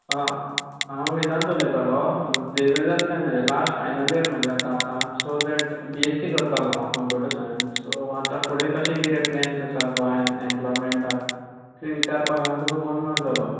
हांव वेदान्त उलयतालों झेवियर्सांतल्यान रे लास्ट फायनल इयर म्हजें आतां आसा so that B S C करतालों हांव कंप्यूटर सायन्स सो आतां फुडें कशे कितें प्लेन्स आसा गोंयांत एम्पलोयमँटाक तें विचारपाक हांवे तुका फोन मारलोलो